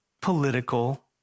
political